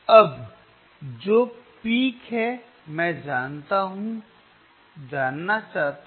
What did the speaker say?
अब जो पिक है मैं जानना चाहता हूं